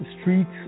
streets